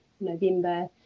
November